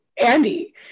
Andy